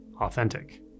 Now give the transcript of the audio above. authentic